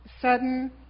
sudden